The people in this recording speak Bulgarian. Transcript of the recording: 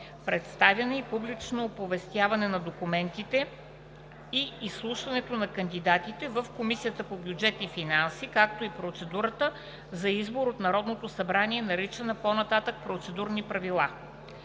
представяне и публично оповестяване на документите и изслушването на кандидатите в Комисията по бюджет и финанси, както и процедурата за избор от Народното събрание, наричани по-нататък „Процедурни правила“.